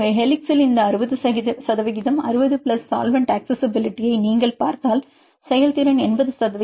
எனவே ஹெலிக்ஸில் இந்த 60 சதவிகிதம் 60 பிளஸ் சால்வெண்ட் அக்சஸிஸிபிலிட்டி ஐ நீங்கள் இங்கே பார்த்தால் செயல்திறன் 80 சதவிகிதம் மற்றும் தொடர்பு 0